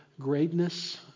greatness